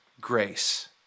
grace